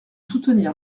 soutenir